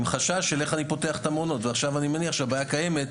עם חשש של איך אני פותח את המעונות ועכשיו אני מניח שהבעיה קיימת,